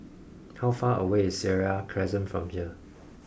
how far away is Seraya Crescent from here